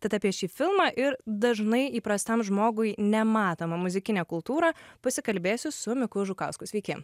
tad apie šį filmą ir dažnai įprastam žmogui nematomą muzikinę kultūrą pasikalbėsiu su miku žukausku sveiki